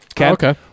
Okay